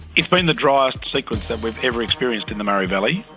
it's been the driest sequence that we've ever experienced in the murray valley.